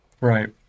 right